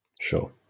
Sure